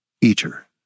Eater